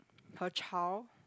her child